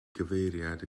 gyfeiriad